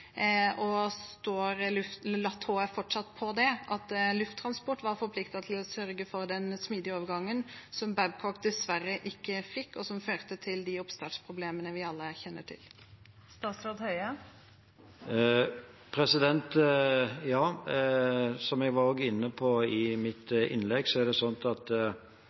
Står Luftambulansetjenesten HF fortsatt på det, at Lufttransport var forpliktet til å sørge for den smidige overgangen som Babcock dessverre ikke fikk, og som førte til de oppstartsproblemene vi alle kjenner til? Ja, som jeg var inne på i mitt innlegg, er